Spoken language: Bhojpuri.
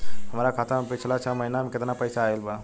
हमरा खाता मे पिछला छह महीना मे केतना पैसा आईल बा?